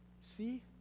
see